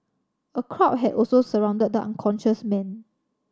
a crowd had also surrounded the unconscious man